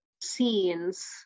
scenes